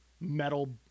metal